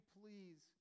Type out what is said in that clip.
please